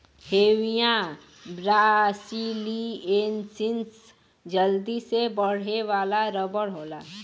Hevea brasiliensis जल्दी से बढ़े वाला रबर होला